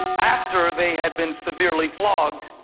after they had been severely flogged,